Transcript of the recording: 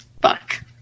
fuck